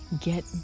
get